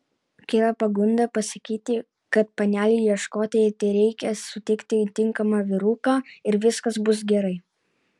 kyla pagunda pasakyti kad panelei ieškotojai tereikia sutikti tinkamą vyruką ir viskas bus gerai